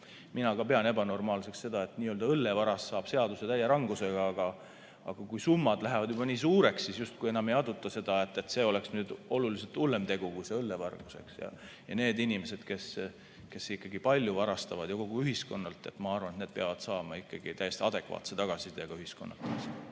Mina ka pean ebanormaalseks seda, et n‑ö õllevaras saab seaduse täie rangusega, aga kui summad lähevad juba väga suureks, siis justkui enam ei aduta, et see on oluliselt hullem tegu kui õllevargus. Need inimesed, kes palju varastavad ja kogu ühiskonnalt, ma arvan, peavad saama ikkagi täiesti adekvaatse tagasiside ühiskonnalt.